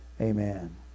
Amen